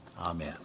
Amen